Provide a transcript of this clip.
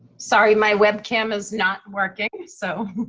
sorry my webcam is not working. so,